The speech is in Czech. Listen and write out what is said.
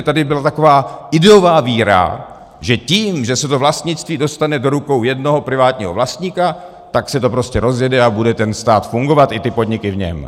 Tady byla taková ideová víra, že tím, že se to vlastnictví dostane do rukou jednoho privátního vlastníka, tak se to prostě rozjede a bude ten stát fungovat, i ty podniky v něm.